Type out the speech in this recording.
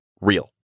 real